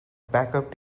backup